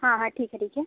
हाँ हाँ ठीक है ठीक है